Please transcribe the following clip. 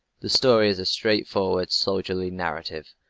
the story is a straightforward soldierly narrative.